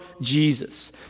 Jesus